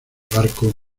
barco